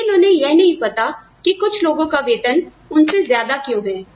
लेकिन उन्हें यह नहीं पता कि कुछ लोगों का वेतन उनसे ज्यादा क्यों है